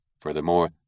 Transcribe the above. Furthermore